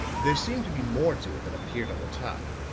there seemed to be more to it than appeared on the top.